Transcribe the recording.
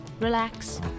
relax